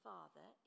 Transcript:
Father